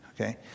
okay